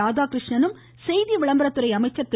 ராதாகிருஷ்ணனும் செய்தி மற்றும விளம்பரத்துறை அமைச்சர் திரு